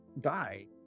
die